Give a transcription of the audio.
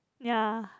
ya